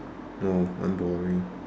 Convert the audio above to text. oh I'm boring